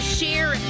share